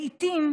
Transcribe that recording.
לעיתים,